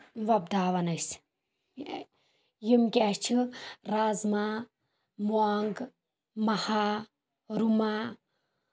وۄپداوان أسۍ یِم کیٚاہ چھِ رازمہ مۄنٛگ مَہا رُما